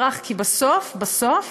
איך הוא נלחם על זה.